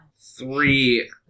three